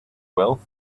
wealth